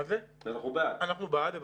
אנחנו בעד.